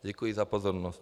Děkuji za pozornost.